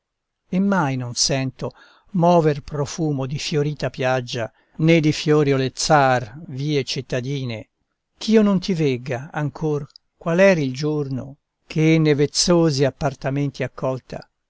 e mai non sento mover profumo di fiorita piaggia né di fiori olezzar vie cittadine ch'io non ti vegga ancor qual eri il giorno che ne vezzosi appartamenti accolta